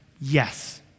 yes